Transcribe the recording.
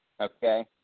okay